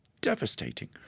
devastating